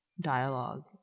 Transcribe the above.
dialogue